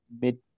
mid